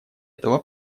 этого